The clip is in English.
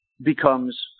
becomes